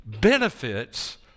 benefits